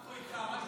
אנחנו איתך.